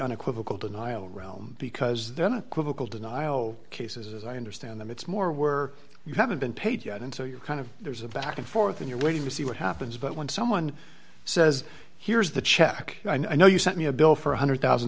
unequivocal denial realm because then equivocal denial cases as i understand them it's more were you haven't been paid yet and so you're kind of there's a back and forth and you're waiting to see what happens but when someone says here's the check i know you sent me a bill for one hundred thousand